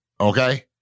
okay